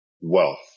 wealth